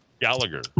gallagher